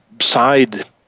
side